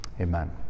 Amen